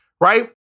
right